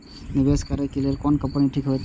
निवेश करे के लेल कोन कंपनी ठीक होते?